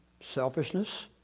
selfishness